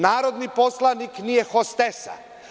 Narodni poslanik nije hostesa.